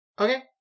okay